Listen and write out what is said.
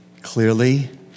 clearly